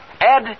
Ed